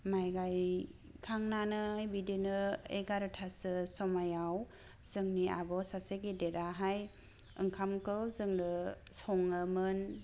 माइ गाइखांनानै बिदिनो एगार'था सो समायाव जोंनि आब' सासे गेदेराहाय ओंखामखौ जोंनो संङोमोन